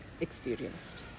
experienced